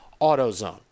AutoZone